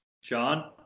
Sean